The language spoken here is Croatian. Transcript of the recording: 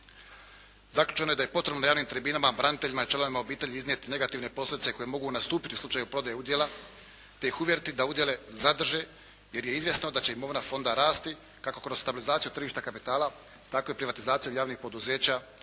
Zaključeno je da je potrebno na javnim tribinama braniteljima i članovima obitelji iznijeti negativne posljedice koje mogu nastupiti u slučaju prodaje udjela te ih uvjeriti da udjele zadrže, jer je izvjesno da će imovina fonda rasti kako kroz stabilizaciju tržišta kapitala, tako i privatizaciju javnih poduzeća